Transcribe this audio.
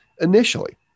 initially